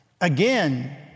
Again